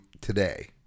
today